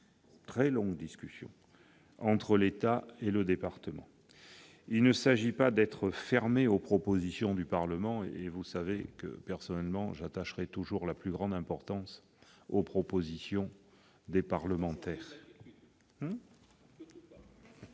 de longues discussions entre l'État et le département. Il ne s'agit pas d'être fermé aux propositions du Parlement. Vous savez qu'à titre personnel, j'attacherai toujours la plus grande importance à ce que proposent les parlementaires